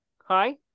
Hi